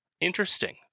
interesting